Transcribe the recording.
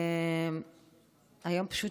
היום פשוט